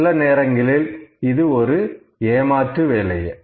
சில நேரங்களில் இது ஒரு ஏமாற்று வேலையே